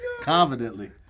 Confidently